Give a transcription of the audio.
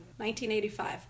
1985